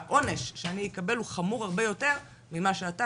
העונש שאני אקבל הוא חמור הרבה יותר ממה שאתה,